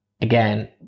again